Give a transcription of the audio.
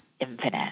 infinite